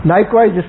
Likewise